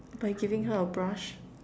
by giving her a brush